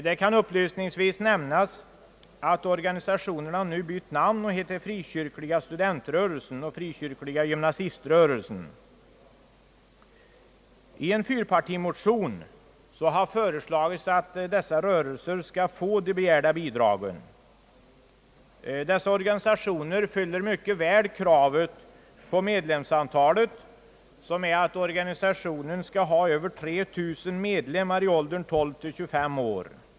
Det kan upplysningsvis nämnas att organisationerna nu bytt namn och heter Frikyrkliga studentrörelsen och Frikyrkliga gymnasiströrelsen. I en fyrpartimotion har föreslagits att dessa rörelser skall få de begärda bidragen. Dessa organisationer fyller mycket väl kravet på medlemsantalet som innebär att organisationen skall ha över 3 000 medlemmar i åldern 12—25 år.